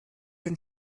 den